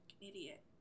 idiot